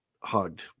hugged